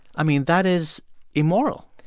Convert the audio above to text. i mean, that is immoral